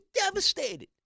devastated